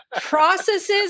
processes